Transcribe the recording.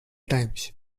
times